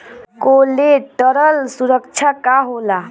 Collateral सुरक्षा का होला?